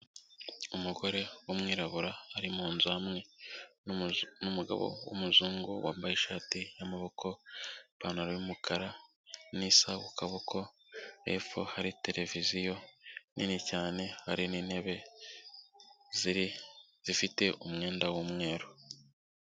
Umugore w'umwirabura, ari munzu hamwe n'umugabo w'umuzungu, wambaye ishati y'amaboko, ipantaro y'umukara n'isaha ku kaboko, hepfo hari televiziyo nini cyane, hari n'intebe zifite umwenda w'umweru.